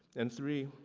and three,